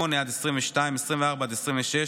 8 22, 24 26,